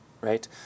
right